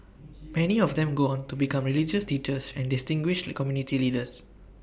many of them go on to become religious teachers and distinguished the community leaders